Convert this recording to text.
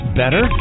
better